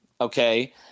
okay